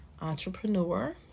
entrepreneur